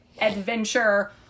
adventure